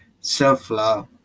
self-love